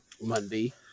Monday